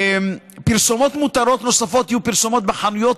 פרסומות מותרות נוספות יהיו פרסומות בחנויות